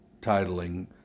titling